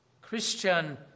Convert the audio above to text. Christian